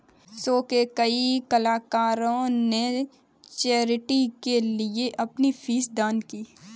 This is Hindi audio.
शो के कई कलाकारों ने चैरिटी के लिए अपनी फीस दान की